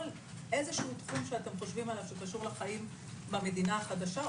כל איזה שהוא תחום שאתם חושבים עליו שהוא קשור לחיים במדינה החדשה,